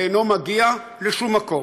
ואינו מגיע לשום מקום.